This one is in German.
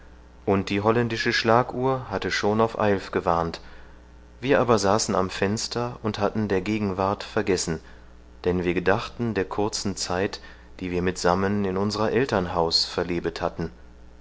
und die holländische schlaguhr hatte schon auf eilf gewarnt wir aber saßen am fenster und hatten der gegenwart vergessen denn wir gedachten der kurzen zeit die wir mitsammen in unserer eltern haus verlebet hatten